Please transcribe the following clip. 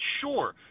Sure